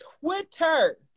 Twitter